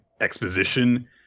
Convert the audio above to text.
exposition